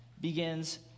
begins